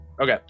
Okay